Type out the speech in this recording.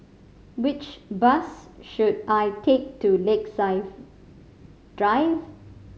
which bus should I take to Lakeside Drive